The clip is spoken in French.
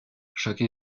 chacun